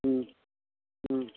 ம் ம்